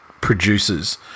producers